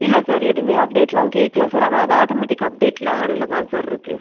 இல்லை சார் எதுவுமே அப்டேட்யெலாம் கேட்கல சார் ஆனால் அது ஆட்டோமேட்டிக் அப்டேட்டெலாம் ஆனில் தான் சார் இருக்குது